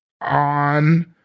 on